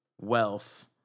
wealth